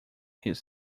his